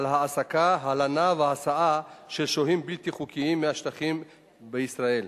הלנה והסעה של שוהים בלתי חוקיים מהשטחים בישראל,